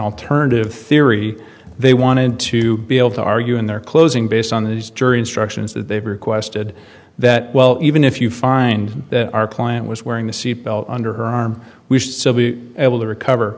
alternative theory they wanted to be able to argue in their closing based on these jury instructions that they've requested that well even if you find that our client was wearing a seatbelt under her arm we should still be able to recover